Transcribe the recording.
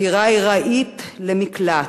מדירה ארעית למקלט,